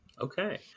Okay